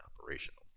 operational